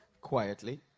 Quietly